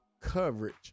coverage